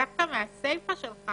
דווקא מהסיפא שלך